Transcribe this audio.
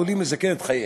הם עלולים לסכן את חייהם.